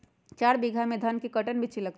चार बीघा में धन के कर्टन बिच्ची लगतै?